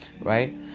right